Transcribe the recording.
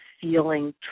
feeling